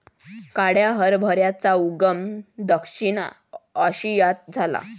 काळ्या हरभऱ्याचा उगम दक्षिण आशियात झाला